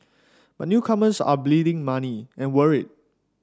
but newcomers are bleeding money and worried